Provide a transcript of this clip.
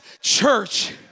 church